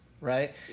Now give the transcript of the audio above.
right